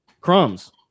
crumbs